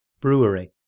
brewery